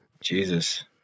jesus